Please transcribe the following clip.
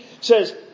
says